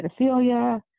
pedophilia